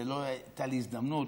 ולא הייתה לי הזדמנות,